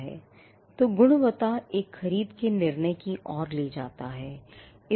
तो गुणवत्ता एक खरीद के निर्णय की ओर ले जाता है